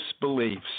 beliefs